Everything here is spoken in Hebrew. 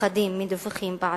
מפחדים מדיווחים בעתיד.